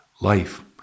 life